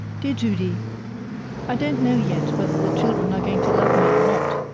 dear judy i don't know yet whether the children are going to love me or not,